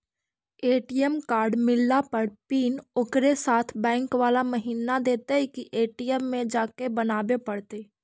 ATM card मिलला पर pin ओकरे साथे बैक बाला महिना देतै कि ए.टी.एम में जाके बना बे पड़तै?